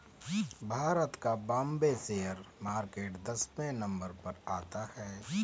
भारत का Bombay share market दसवें number पर आता है